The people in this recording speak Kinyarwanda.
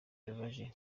bibabaje